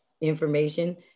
information